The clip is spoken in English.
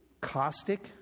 caustic